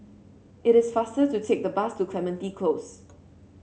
it is faster to take the bus to Clementi Close